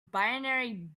binary